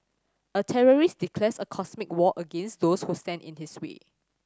a terrorist declares a cosmic war against those who stand in his way